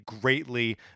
greatly